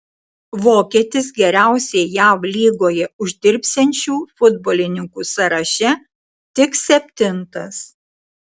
vokietis geriausiai jav lygoje uždirbsiančių futbolininkų sąraše tik septintas